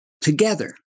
together